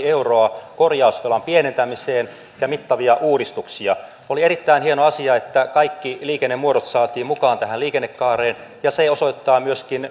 euroa korjausvelan pienentämiseen ja mittavia uudistuksia oli erittäin hieno asia että kaikki liikennemuodot saatiin mukaan tähän liikennekaareen ja se osoittaa myöskin